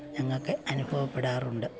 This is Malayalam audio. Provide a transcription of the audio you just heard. ഞങ്ങൾക്ക് അനുഭവപ്പെടാറുണ്ട്